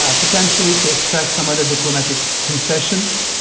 ah potentially to extract some other diplomatic concessions,